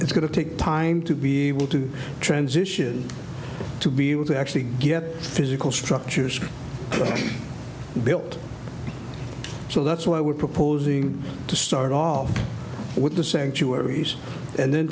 it's going to take time to be able to transition to be able to actually get physical structures built so that's why we're proposing to start off with the sanctuaries and then